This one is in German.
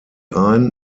ein